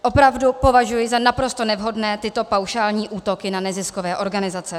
Opravdu považuji za naprosto nevhodné tyto paušální útoky na neziskové organizace.